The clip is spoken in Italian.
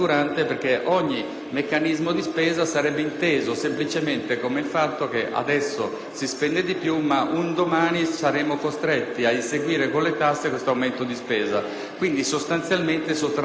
meccanismo di spesa sarebbe inteso semplicemente come fatto che adesso si spende di più. E un domani saremmo costretti ad inseguire con le tasse questo aumento di spesa, sostanzialmente sottraendo, dal circuito